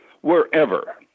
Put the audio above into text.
wherever